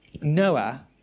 Noah